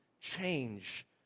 change